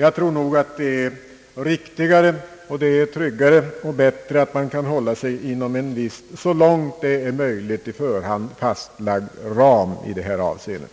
Jag tror nog att det är riktigare och tryggare och bättre att man kan hålla sig inom en viss så långt möjligt i förhand fastlagd ram i det här avseendet.